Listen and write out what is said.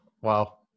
Wow